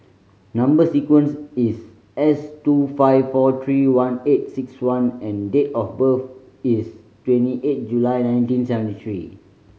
number sequence is S two five four three one eight six one and date of birth is twenty eight July nineteen seventy three